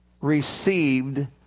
received